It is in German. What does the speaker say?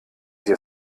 sie